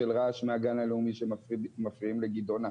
של רעש מהגן הלאומי שמפריעים לגדעונה.